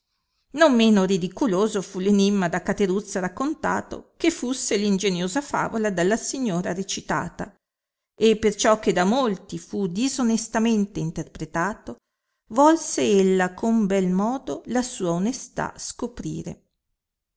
non meno ridiculoso fu l enimma da cateruzza raccontato che fusse l ingeniosa favola dalla signora recitata e perciò che da molti fu disonestamente interpretato volse ella con bel modo la sua onestà scoprire